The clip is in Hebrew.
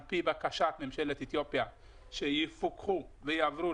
על פי בקשת ממשלת אתיופיה שיפוקחו ויעברו,